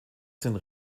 sind